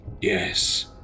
Yes